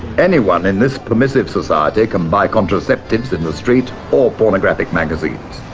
anyone in this permissive society can buy contraceptives in the street or pornographic magazines.